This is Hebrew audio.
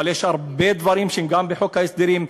אבל יש הרבה דברים שהם גם בחוק ההסדרים,